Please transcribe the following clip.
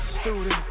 student